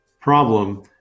problem